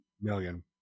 million